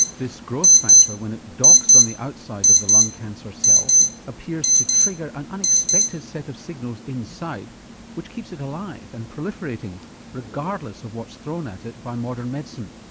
this growth factor when it docks on the outside of the lung cancer cell appears to trigger an unexpected set of signals inside which keeps it alive and proliferating regardless of what's thrown at it by modern medicine.